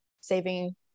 saving